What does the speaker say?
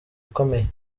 ikomeye